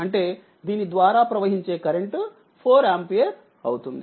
అంటే దీని ద్వారా ప్రవహించేకరెంట్4 ఆంపియర్ అవుతుంది